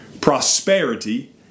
prosperity